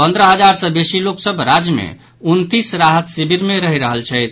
पन्द्रह हजार सॅ बेसी लेकसभ राज्य मे उनतीस राहत शिविर मे रहि रहल छथि